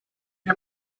wir